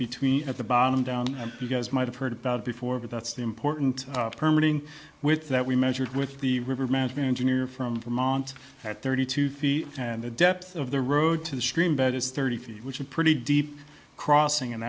between at the bottom down and you guys might have heard about before but that's the important permit in with that we measured with the river management engineer from vermont at thirty two feet and the depth of the road to the stream bed is thirty feet which is pretty deep crossing and